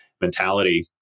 mentality